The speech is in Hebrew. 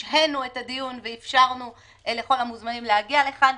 השהינו את הדיון ואפשרנו לכל המוזמנים להגיע לכאן.